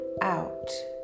Out